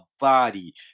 body